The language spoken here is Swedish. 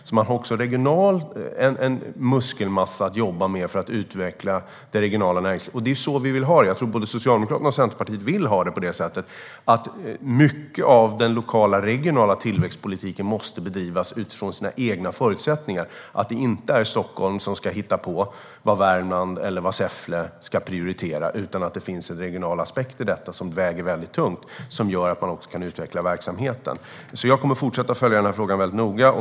Det finns regionalt en muskelmassa att jobba med för att utveckla det regionala näringslivet. Det är så vi vill ha det. Jag tror att både Socialdemokraterna och Centerpartiet vill ha det så att mycket av den lokala och regionala tillväxtpolitiken måste bedrivas utifrån sina egna förutsättningar, att det inte är Stockholm som ska hitta på vad Värmland eller Säffle ska prioritera. Det ska finnas en regional aspekt som väger tungt för att utveckla verksamheten. Jag kommer att fortsätta att följa frågan noga.